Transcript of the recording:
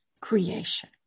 creation